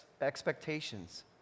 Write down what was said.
expectations